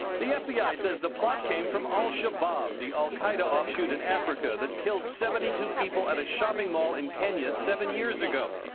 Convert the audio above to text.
the fbi says the plot came from al shabaab, the al qaeda offshoot in africa that killed seventy two people at a shopping mall in kenya seven years ago.